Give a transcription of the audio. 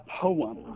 poem